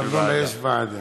לארנונה יש ועדה.